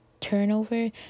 turnover